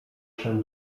się